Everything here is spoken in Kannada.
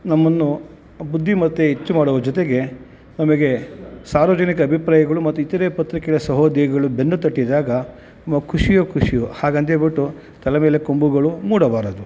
ನಮ್ಮನ್ನು ಬುದ್ಧಿಮತ್ತೆ ಹೆಚ್ಚು ಮಾಡುವ ಜೊತೆಗೆ ನಮಗೆ ಸಾರ್ವಜನಿಕ ಅಭಿಪ್ರಾಯಗಳು ಮತ್ತು ಇತರೆ ಪತ್ರಿಕೆಯ ಸಹೋದ್ಯೋಗಿಗಳು ಬೆನ್ನು ತಟ್ಟಿದಾಗ ಖುಷಿಯೋ ಖುಷಿಯೋ ಹಾಗಂಥೇಳ್ಬಿಟ್ಟು ತಲೆ ಮೇಲೆ ಕೊಂಬುಗಳು ಮೂಡಬಾರದು